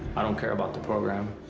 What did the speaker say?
i don't care about the program.